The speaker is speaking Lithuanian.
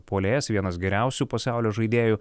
puolėjas vienas geriausių pasaulio žaidėjų